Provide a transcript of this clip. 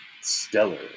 stellar